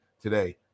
today